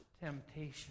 temptation